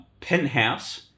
Penthouse